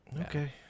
Okay